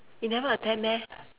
you never attend meh